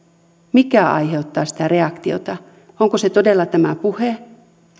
mikä aiheuttaa sitä reaktiota onko se todella tämä puhe